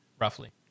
roughly